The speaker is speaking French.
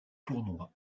tournois